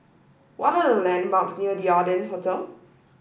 what are the landmarks near The Ardennes Hotel